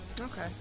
Okay